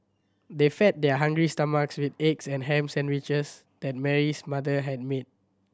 they fed their hungry stomachs with eggs and ham sandwiches that Mary's mother had made